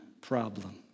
problem